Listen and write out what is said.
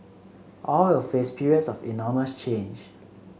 all will face periods of enormous change